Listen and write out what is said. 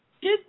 Get